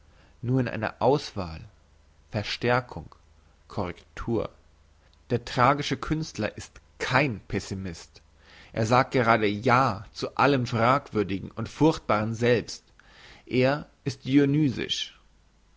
nur in einer auswahl verstärkung correctur der tragische künstler ist kein pessimist er sagt gerade ja zu allem fragwürdigen und furchtbaren selbst er ist